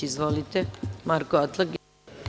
Izvolite, Marko Atlagić.